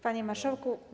Panie Marszałku!